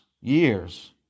years